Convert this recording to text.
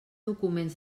documents